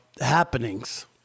happenings